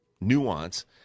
nuance